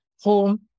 home